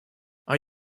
are